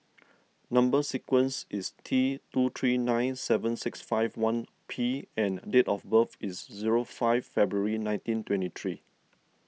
Number Sequence is T two three nine seven six five one P and date of birth is zero five February nineteen twenty three